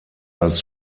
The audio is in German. als